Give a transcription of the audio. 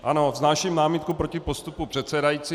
Ano, vznáším námitku proti postupu předsedající.